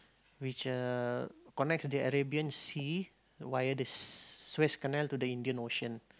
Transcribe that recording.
which uh connects the Arabian sea via the Suez-Canal to the Indian Ocean